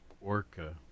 orca